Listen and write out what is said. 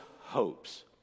hopes